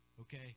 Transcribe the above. okay